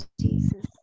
Jesus